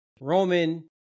Roman